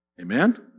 Amen